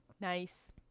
Nice